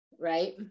right